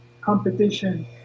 competition